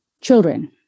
children